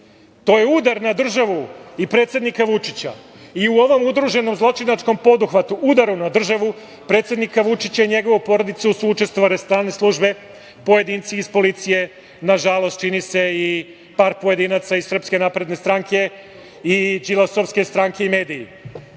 to je udar na državu i predsednika Vučića i u ovom udruženom zločinačkom poduhvatu, udaru na državu predsednika Vučića i njegovu porodicu su učestvovale strane službe, pojedinci iz policije, nažalost, čini se i par pojedinaca iz SNS i đilasovske stranke i mediji. Ovih